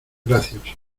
gracias